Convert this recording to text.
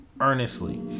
earnestly